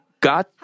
God